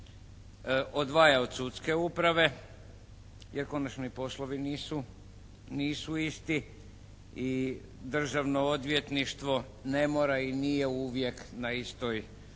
odvaja od sudske uprave. Jer konačno i poslovi nisu isti i Državno odvjetništvo ne mora i nije uvijek na istoj